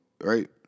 right